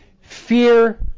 Fear